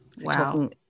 Wow